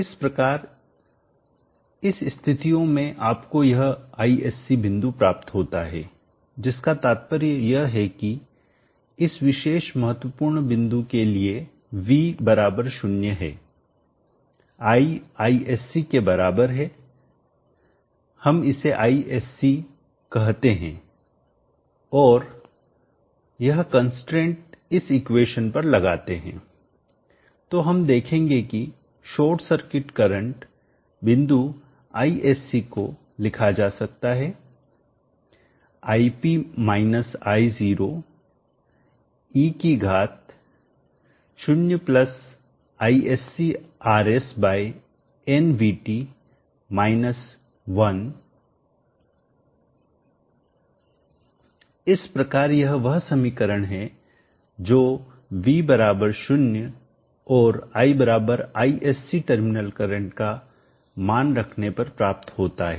इस प्रकार इस स्थितियों में आपको यह Isc बिंदु प्राप्त होता है जिसका तात्पर्य यह है कि इस विशेष महत्वपूर्ण बिंदु के लिए V बराबर शून्य है I Isc के बराबर है हम इसे Isc करते हैं और यह कंस्ट्रेंट बाधा इस इक्वेशन समीकरण पर लगाते हैं तो हम देखेंगे कि शॉर्ट सर्किट करंट बिंदु Isc को लिखा जा सकता है ip माइनस I0 e की घात 0IscRs by nVT minus one minus इस प्रकार यह वह समीकरण है जो V 0 और I Isc टर्मिनल करंट का मान रखने पर प्राप्त होता है